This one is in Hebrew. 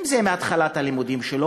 אם זה בהתחלת הלימודים שלו,